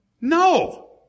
No